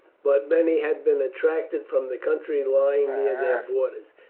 but many had been attracted from the country lying near their borders.